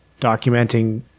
documenting